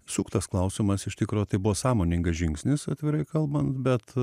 suktas klausimas iš tikro tai buvo sąmoningas žingsnis atvirai kalbant bet